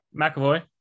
McAvoy